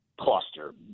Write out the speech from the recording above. cluster